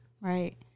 Right